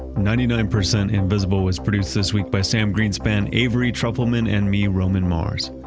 ninety nine percent invisible was produced this week by sam greenspan, avery truffleman and me, roman mars.